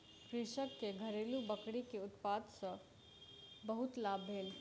कृषक के घरेलु बकरी के उत्पाद सॅ बहुत लाभ भेल